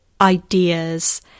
ideas